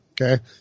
Okay